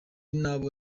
n’abo